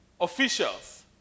officials